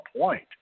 point